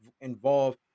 involve